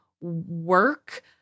work